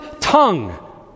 tongue